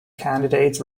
candidates